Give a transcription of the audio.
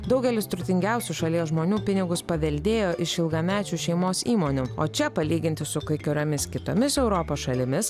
daugelis turtingiausių šalies žmonių pinigus paveldėjo iš ilgamečių šeimos įmonių o čia palyginti su kai kuriomis kitomis europos šalimis